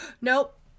Nope